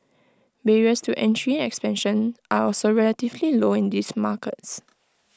barriers to entry and expansion are also relatively low in these markets